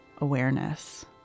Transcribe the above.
awareness